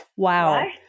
Wow